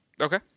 Okay